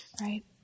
Right